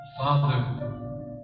Father